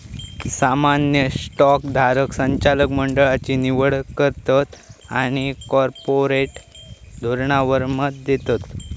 सामान्य स्टॉक धारक संचालक मंडळची निवड करतत आणि कॉर्पोरेट धोरणावर मत देतत